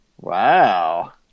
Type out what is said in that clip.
Wow